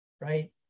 right